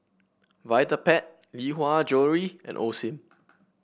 Vitapet Lee Hwa Jewellery and Osim